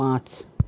पाँच